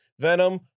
Venom